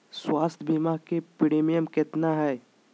स्वास्थ बीमा के प्रिमियम कितना है?